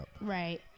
Right